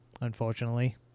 unfortunately